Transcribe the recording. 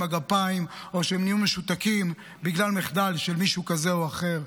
הגפיים או שהם נהיו משותקים בגלל מחדל של מישהו כזה או אחר.